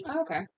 Okay